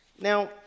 Now